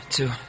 two